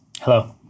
Hello